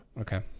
Okay